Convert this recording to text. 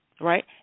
right